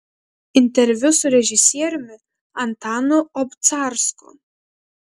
interviu su režisieriumi antanu obcarsku